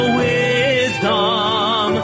wisdom